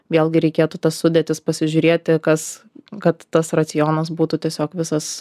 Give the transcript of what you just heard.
vėlgi reikėtų tas sudėtis pasižiūrėti kas kad tas racionas būtų tiesiog visas